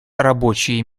рабочие